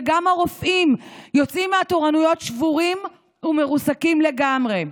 וגם הרופאים יוצאים מהתורנויות שבורים ומרוסקים לגמרי.